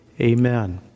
Amen